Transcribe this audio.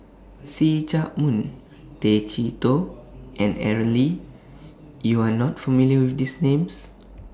See Chak Mun Tay Chee Toh and Aaron Lee YOU Are not familiar with These Names